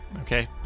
Okay